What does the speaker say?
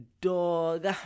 dog